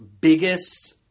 Biggest